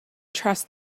trust